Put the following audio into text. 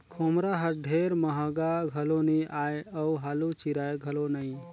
खोम्हरा हर ढेर महगा घलो नी आए अउ हालु चिराए घलो नही